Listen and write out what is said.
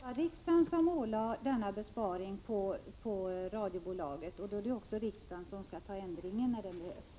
Fru talman! Det är på det sättet att det var riksdagen som ålade radiobolaget denna besparing, och då är det också riksdagen som skall besluta om en ändring om en sådan behövs.